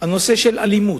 הנושא של אלימות,